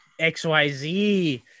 xyz